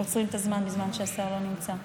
עוצרים את הזמן בזמן שהשר לא נמצא.